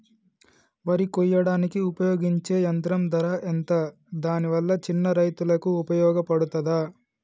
వరి కొయ్యడానికి ఉపయోగించే యంత్రం ధర ఎంత దాని వల్ల చిన్న రైతులకు ఉపయోగపడుతదా?